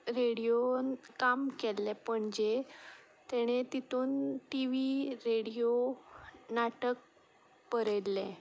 Radeon काम केल्लें पणजे ताणे तितून टि वी रेडियो नाटक बरयल्लें